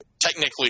technically